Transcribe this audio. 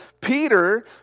Peter